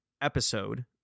episode